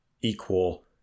equal